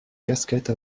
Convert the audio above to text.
casquette